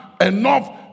enough